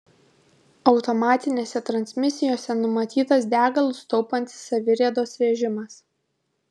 automatinėse transmisijose numatytas degalus taupantis saviriedos režimas